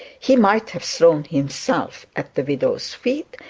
he might have thrown himself at the widow's feet,